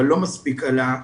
אבל לא מספיק עלה,